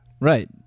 Right